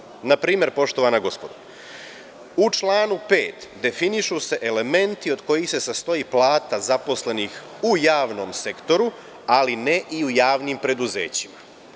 Na primer, poštovana gospodo, u članu 5. definišu se elementi od kojih se sastoji plata zaposlenih u javnom sektoru, ali ne i u javnim preduzećima.